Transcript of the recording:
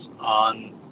on